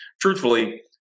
truthfully